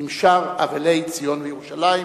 עם שאר אבלי ציון וירושלים.